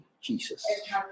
Jesus